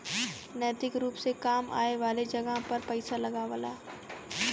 नैतिक रुप से काम आए वाले जगह पर पइसा लगावला